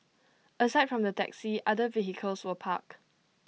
aside from the taxi the other vehicles were parked